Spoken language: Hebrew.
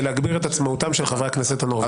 להגביר את עצמאותם של חברי הכנסת הנורבגים.